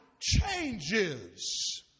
changes